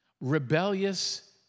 rebellious